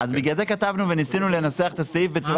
בגלל זה כתבנו וניסינו לנסח את הסעיף בצורה